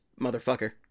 motherfucker